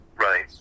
Right